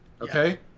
okay